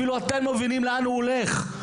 אפילו אתם לא מבינים לאיפה הוא הולך.